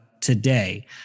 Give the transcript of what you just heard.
today